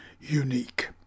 unique